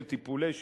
של טיפולי שיניים.